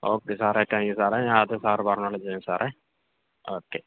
okay സാറെ thank you സാറേ ഞാൻ അത് സാറ് പറഞ്ഞപോലെ ചെയ്യാം സാറെ ഓക്കെ